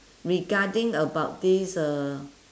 regarding about this uh